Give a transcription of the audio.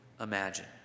imagine